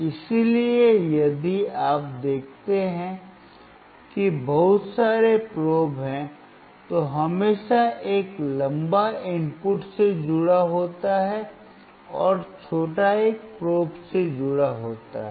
इसलिए यदि आप देखते हैं कि बहुत सारे प्रोब हैं तो हमेशा एक लंबा इनपुट से जुड़ा होता है और छोटा एक प्रोब से जुड़ा होता है